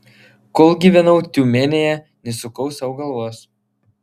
kol gyvenau tiumenėje nesukau sau galvos